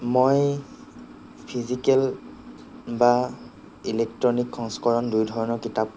মই ফিজিকেল বা ইলেকট্ৰনিক সংস্কৰণ দুই ধৰণৰ কিতাপ